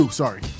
sorry